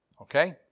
Okay